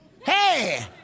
Hey